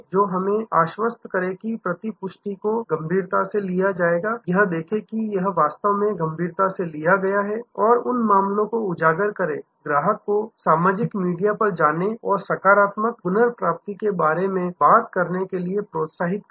जो हमें आश्वस्त करे की प्रतिपुष्टि को गंभीरता से लिया गया है यह देखें कि यह वास्तव में गंभीरता से लिया गया है उन मामलों को उजागर करें ग्राहक को सामाजिक मीडिया पर जाने और सकारात्मक पुनर्प्राप्ति के बारे में बात करने के लिए प्रोत्साहित करें